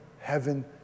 heaven